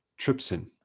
trypsin